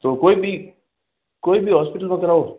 तो कोई भी कोई भी हॉस्पिटल में कराऊं